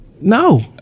No